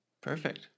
Perfect